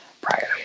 prior